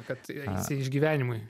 kad jisai išgyvenimui